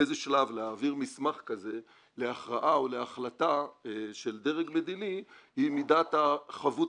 באיזה שלב להעביר מסמך כזה להכרעה או להחלטה של דרג מדיני היא מידת החבות